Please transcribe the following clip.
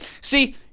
See